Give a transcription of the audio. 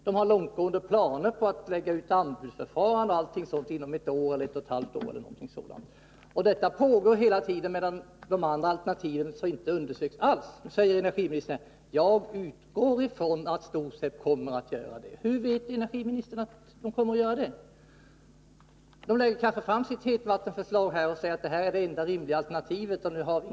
Man har långtgående planer på att lägga ut ett anbudsförfarande inom ett eller ett och ett halvt år. De andra alternativen däremot undersöks inte alls. Nu säger energiministern: Jag utgår från att STOSEB kommer att undersöka de andra alternativen. Hur kan energiministern göra det? STOSEB lägger kanske fram sitt förslag om en hetvattenledning och säger att det är det enda rimliga alternativet.